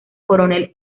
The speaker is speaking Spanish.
coronel